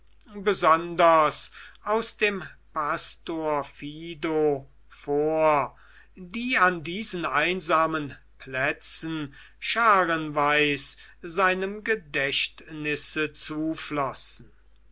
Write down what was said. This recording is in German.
besonders aus dem pastor fido vor die an diesen einsamen plätzen scharenweis seinem gedächtnisse zuflossen